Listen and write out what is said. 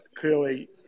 clearly